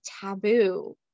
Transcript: taboo